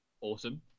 awesome